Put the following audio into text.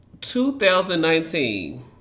2019